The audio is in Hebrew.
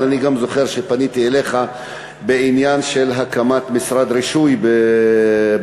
אבל אני גם זוכר שפניתי אליך בעניין של הקמת משרד רישוי באום-אלפחם,